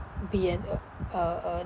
be an uh uh uh